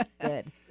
Good